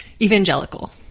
evangelical